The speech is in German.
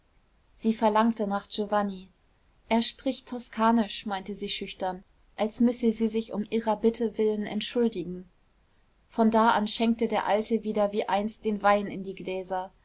sie verlangte nach giovanni er spricht toskanisch meinte sie schüchtern als müsse sie sich um ihrer bitte willen entschuldigen von da an schenkte der alte wieder wie einst den wein in die gläser